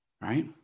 right